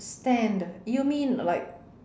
stand you mean like